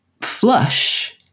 flush